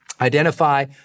Identify